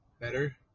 better